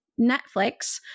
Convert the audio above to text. netflix